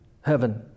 heaven